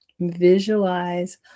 visualize